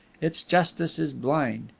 its justice is blind.